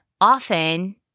often